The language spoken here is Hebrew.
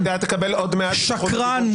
שקרן.